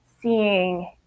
seeing